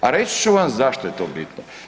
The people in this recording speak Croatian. A reći ću vam zašto je to bitno.